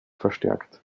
verstärkt